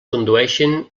condueixen